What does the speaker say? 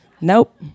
Nope